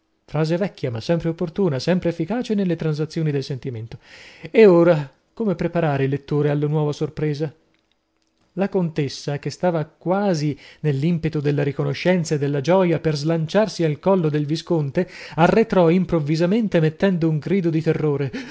del sentimento ed ora come preparare il lettore alla nuova sorpresa la contessa che stava quasi nell'impeto della riconoscenza e della gioia per slanciarsi al collo del visconte arretrò improvvisamente mettendo un grido di terrore